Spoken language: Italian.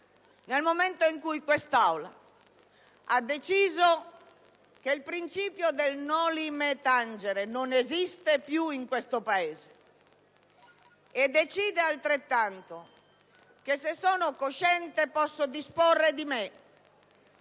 nel momento in cui quest'Aula ha deciso che il principio del *noli me tangere* non esiste più in questo Paese e decide del pari che se sono cosciente posso disporre di me,